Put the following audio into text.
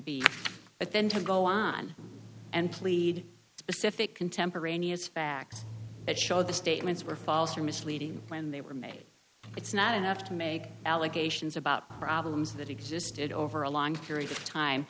b but then to go on and plead specific contemporaneous facts that show the statements were false or misleading when they were made it's not enough to make allegations about problems that existed over a long period of time